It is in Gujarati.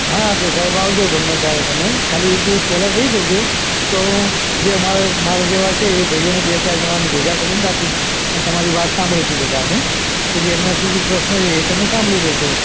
હા તો સાહેબ આવજો ગમે ત્યારે તમે ખાલી એક દિવસ પહેલાં કહી દેજો તો હું જે અમારે મારા જેવા છે એ ભઈઓ ને બે ચાર જણાને હું ભેગા કરીને રાખીશ અને તમારી વાત સાંભળીશું બધા પછી એમના શું શું પ્રશ્ન છે એ તમે સાંભળી લેજો